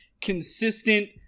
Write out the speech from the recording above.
consistent